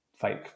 fake